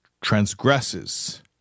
transgresses